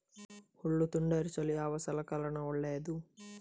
ಹುಲ್ಲು ತುಂಡರಿಸಲು ಯಾವ ಸಲಕರಣ ಒಳ್ಳೆಯದು?